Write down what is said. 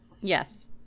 yes